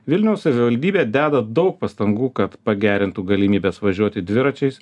vilniaus savivaldybė deda daug pastangų kad pagerintų galimybes važiuoti dviračiais